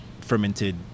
fermented